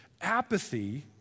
apathy